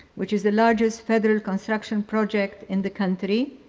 which is the largest federal construction project in the country.